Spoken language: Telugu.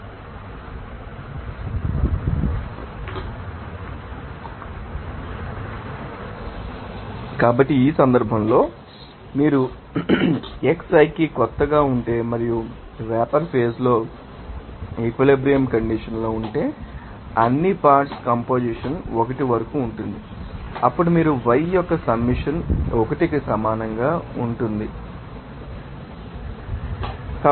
మీరు దీన్ని పొందవచ్చు లేదా మీరు దీన్ని ఇక్కడ పరంగా వ్యక్తీకరించవచ్చు కాబట్టి ఈ సందర్భంలో మీరు ఈ xi కి కొత్తగా ఉంటే మరియు వేపర్ ఫేజ్ లో ఈక్విలిబ్రియం కండిషన్ లో ఉంటే అన్ని పార్ట్శ్ ు కంపొజిషన్ 1 వరకు ఉంటుంది అప్పుడు మీరు y యొక్క సమ్మషన్ 1 కు సమానంగా ఉంటుందని చూడవచ్చు